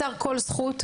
אתר "כל זכות",